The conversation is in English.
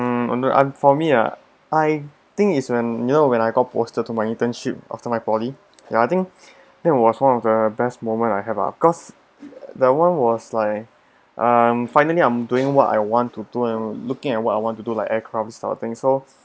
mm I'm I'm for me ah I think is when you know when I got posted to my internship after my poly ya I think that was one of the best moment I have ah because that [one] was like um finally I'm doing what I want to and looking at what I want to do like aircrafts type of thing so